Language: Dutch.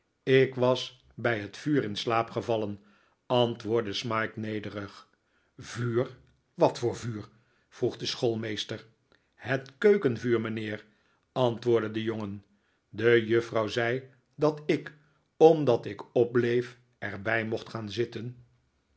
ik was bij het vuur in slaap gevallen antwoordde smike nederig vuur wat voor vuur vroeg de schoolmeester het keukenvuur mijnheer antwoordde de jongen de juffrouw zei dat ik omdat ik opbleef er bij mocht gaan zitten